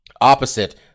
opposite